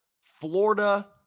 Florida